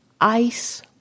ice